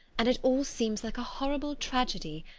and it all seems like a horrible tragedy,